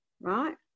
right